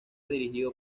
dirigido